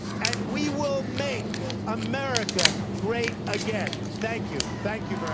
and we will make america great again. thank you, thank you very